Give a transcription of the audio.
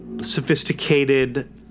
sophisticated